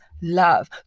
love